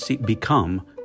become